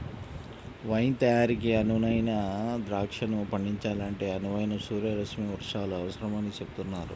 wine తయారీకి అనువైన ద్రాక్షను పండించాలంటే అనువైన సూర్యరశ్మి వర్షాలు అవసరమని చెబుతున్నారు